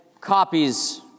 copies